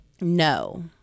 No